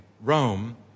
Rome